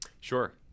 sure